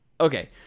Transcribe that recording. Okay